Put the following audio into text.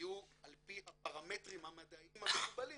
שיהיו על פי הפרמטרים המדעיים המקובלים,